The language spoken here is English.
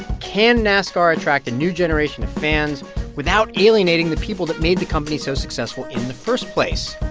can nascar attract a new generation of fans without alienating the people that made the company so successful in the first place,